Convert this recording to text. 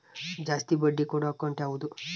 ಜಾಸ್ತಿ ಬಡ್ಡಿ ಕೊಡೋ ಅಕೌಂಟ್ ಯಾವುದು?